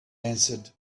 answered